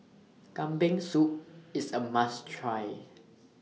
Kambing Soup IS A must Try